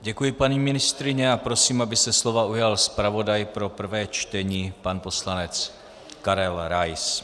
Děkuji, paní ministryně, a prosím, aby se slova ujal zpravodaj pro prvé čtení pan poslanec Karel Rais.